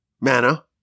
manna